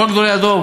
כל גדולי הדור,